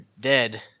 dead